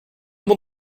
will